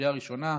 לקריאה ראשונה.